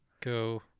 go